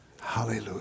Hallelujah